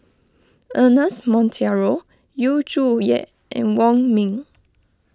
Ernest Monteiro Yu Zhuye and Wong Ming